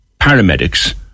paramedics